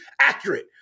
accurate